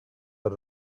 are